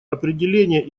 определение